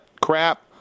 crap